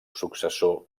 successor